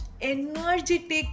energetic